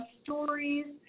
stories